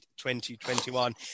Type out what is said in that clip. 2021